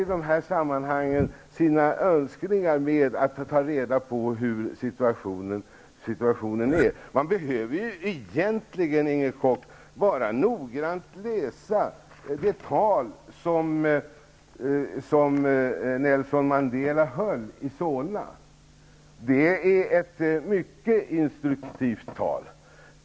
I dessa sammanhang förväxlar man sina önskningar med fakta om hur situationen ser ut. Man behöver egentligen, Inger Koch, bara noggrant läsa det tal som Nelson Mandela höll i Solna. Det var ett mycket instruktivt tal.